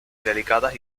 delicadas